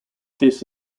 this